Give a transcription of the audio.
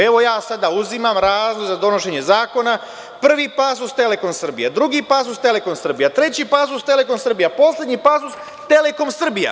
Evo ja sada uzimam razlog za donošenje zakona, prvi pasus „Telekom Srbija“, drugi pasus „Telekom Srbija“, treći pasus „Telekom Srbija“, poslednji pasus „Telekom Srbija“